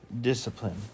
discipline